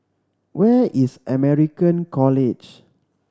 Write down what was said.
where is American College